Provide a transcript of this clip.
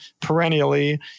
perennially